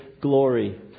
glory